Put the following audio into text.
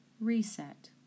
reset